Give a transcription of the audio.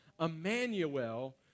Emmanuel